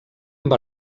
amb